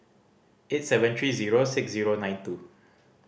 eight seven three zero six zero nine two